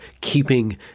keeping